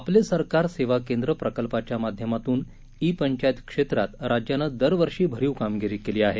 आपलं सरकार सेवा केंद्र प्रकल्पाच्या माध्यमातून ई पंचायत क्षेत्रात राज्यानं दरवर्षी भरीव कामगिरी केली आहे